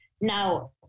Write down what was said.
Now